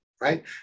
right